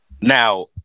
Now